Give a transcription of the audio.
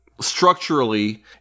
structurally